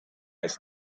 est